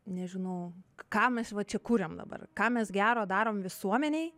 nežinau ką mes va čia kuriam dabar ką mes gero darom visuomenei